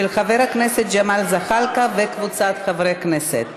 של חבר הכנסת ג'מאל זחאלקה וקבוצת חברי הכנסת.